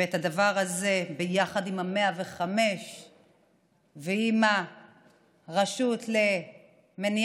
הדבר הזה הוא ביחד עם ה-105 ועם הרשות למניעה,